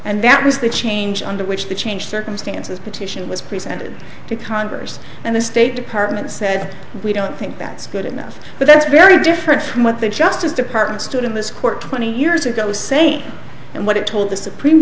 and that was the change under which the changed circumstances petition was presented to congress and the state department said we don't think that's good enough but that's very different from what the justice department stood in this court twenty years ago saying and what it told the supreme